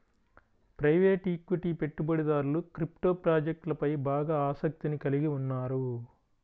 private equity పెట్టుబడిదారులు crypto ప్రాజెక్ట్లపై బాగా ఆసక్తిని కలిగి ఉన్నారు